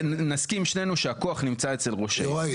נסכים שנינו שהכוח נמצא אצל ראש העיר,